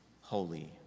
holy